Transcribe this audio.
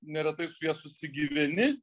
neretai su ja susigyveni